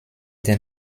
den